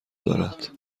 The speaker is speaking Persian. دارد